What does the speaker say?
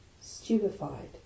stupefied